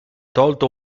tolto